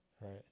Right